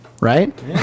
Right